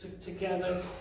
together